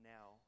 Now